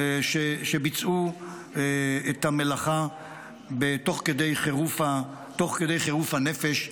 שביצעו את המלאכה תוך כדי חירוף הנפש,